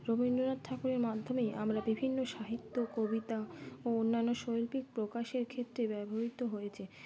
রবীন্দ্রনাথ ঠাকুরের মাধ্যমেই আমরা বিভিন্ন সাহিত্য কবিতা ও অন্যান্য শৈল্পিক প্রকাশের ক্ষেত্রে ব্যবহৃত হয়ে থাকি